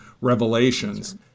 Revelations